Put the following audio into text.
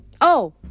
Oh